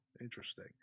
interesting